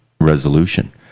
resolution